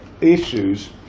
issues